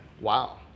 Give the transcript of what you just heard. Wow